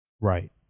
Right